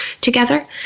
together